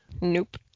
nope